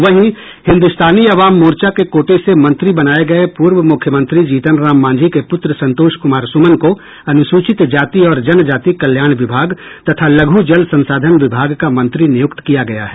वहीं हिन्दुस्तानी अवाम मोर्चा के कोटे से मंत्री बनाये गये पूर्व मुख्यमंत्री जीतन राम मांझी के पुत्र संतोष कुमार सुमन को अनुसूचित जाति और जनजाति कल्याण विभाग तथा लघ् जल संसाधन विभाग का मंत्री नियुक्त किया गया है